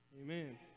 Amen